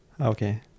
Okay